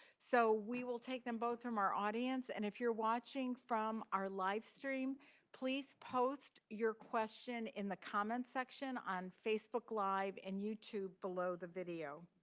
so we will take them both from our audience, and if you're watching from our livestream please post your question in the comments section on facebook live and youtube below the video.